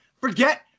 Forget